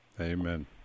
Amen